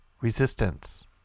resistance